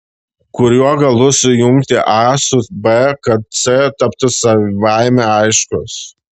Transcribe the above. kuriuo galu sujungti a su b kad c taptų savaime aiškus